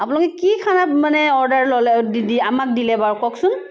আপুনি কি খানা মানে অৰ্ডাৰ ল'লে আমাক দিলে বাৰু কওকচোন